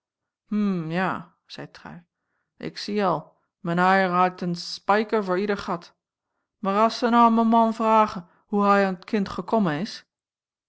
ja zeî trui ik zie al men haier hait een spaiker voor ieder gat maar as ze nou a'n m'n man vragen hoe hai a'n het kind gekommen is